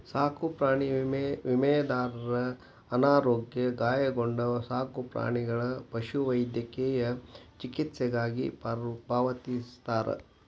ಸಾಕುಪ್ರಾಣಿ ವಿಮೆ ವಿಮಾದಾರರ ಅನಾರೋಗ್ಯ ಗಾಯಗೊಂಡ ಸಾಕುಪ್ರಾಣಿಗಳ ಪಶುವೈದ್ಯಕೇಯ ಚಿಕಿತ್ಸೆಗಾಗಿ ಪಾವತಿಸ್ತಾರ